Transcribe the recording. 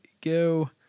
go